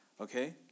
okay